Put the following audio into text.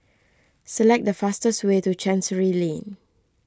select the fastest way to Chancery Lane